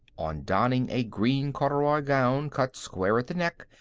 on donning a green corduroy gown cut square at the neck,